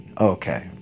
okay